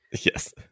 Yes